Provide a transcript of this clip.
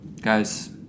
Guys